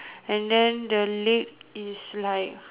and then the leg is like